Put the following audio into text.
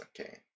okay